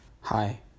Hi